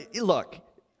look